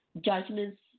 judgments